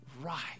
right